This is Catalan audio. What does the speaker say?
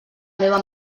meva